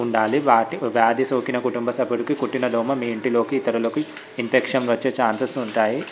ఉండాలి వ్యాధి సోకిన కుటుంబ సభ్యుడికి కుట్టిన దోమ మీ ఇంటిలోకి తరలిలోకి ఇన్ఫెక్షన్ వచ్చే ఛాన్సెస్ ఉంటాయి